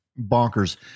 bonkers